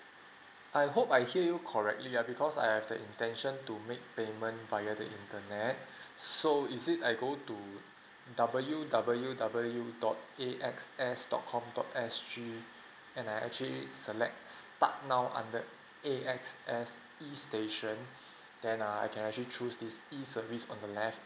I hope I hear you correctly uh because I have the intention to make payment via the internet so is it I go to W_W_W dot A_X_S dot com dot S_G and I actually select start now under A_X_S E station then err I can actually choose this E service on the left